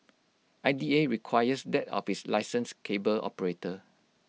I D A requires that of its licensed cable operator